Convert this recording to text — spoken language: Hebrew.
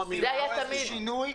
צריך בזה שינוי,